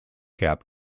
caps